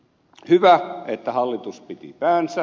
hyvä että hallitus piti päänsä